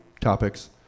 topics